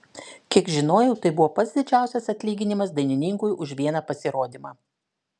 kiek žinojau tai buvo pats didžiausias atlyginimas dainininkui už vieną pasirodymą